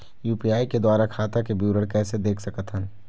UPI के द्वारा खाता के विवरण कैसे देख सकत हन?